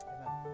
Amen